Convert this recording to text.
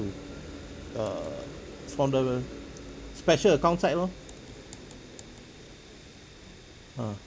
err from the special account side lor ah